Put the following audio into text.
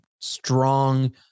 strong